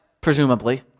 presumably